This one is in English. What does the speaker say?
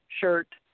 shirt